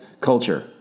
culture